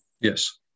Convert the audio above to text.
yes